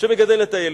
שמגדל את הילד.